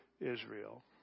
Israel